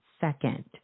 second